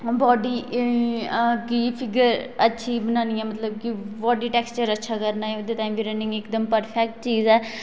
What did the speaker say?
body गी figure अच्छी बनानी ऐ मतलब कि बाॅडी टेक्सचर अच्छा करना होऐ तां बी रन्निंग इक दम प्रफेक्ट चीज ऐ